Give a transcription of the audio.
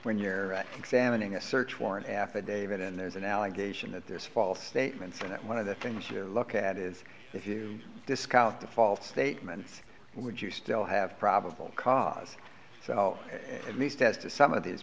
when you're examining a search warrant affidavit and there's an allegation that there's false statements and that one of the things you look at is if you discount the faults they would you still have probable cause so at least as to some of these